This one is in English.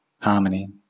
harmony